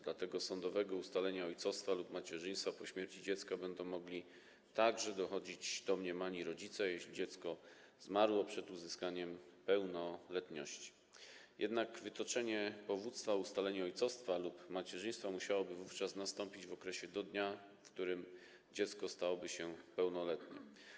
Dlatego sądowego ustalenia ojcostwa lub macierzyństwa po śmierci dziecka będą mogli także dochodzić domniemani rodzice, jeśli dziecko zmarło przed uzyskaniem pełnoletności, jednak wytoczenie powództwa o ustalenie ojcostwa lub macierzyństwa musiałoby wówczas nastąpić do dnia, w którym dziecko stałoby się pełnoletnie.